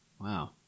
Wow